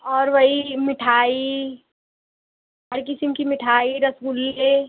और वही मिठाई हर किस्म की मिठाई रसगुल्ले